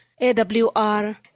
AWR